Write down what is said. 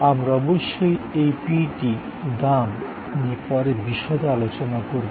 আমরা অবশ্যই এই P টি দাম নিয়ে পরে বিশদে আলোচনা করব